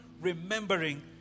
remembering